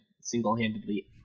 single-handedly